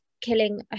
killing